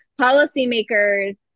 policymakers